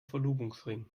verlobungsring